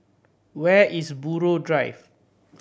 where is Buroh Drive